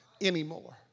anymore